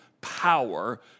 power